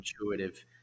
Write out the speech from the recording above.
intuitive